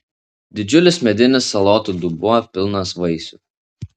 didžiulis medinis salotų dubuo pilnas vaisių